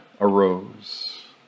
arose